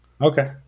Okay